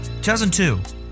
2002